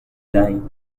دهیم